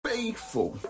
Faithful